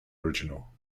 original